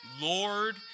Lord